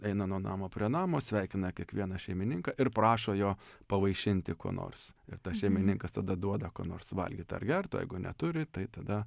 eina nuo namo prie namo sveikina kiekvieną šeimininką ir prašo jo pavaišinti kuo nors ir tas šeimininkas tada duoda ko nors valgyt ar gert o jeigu neturi tai tada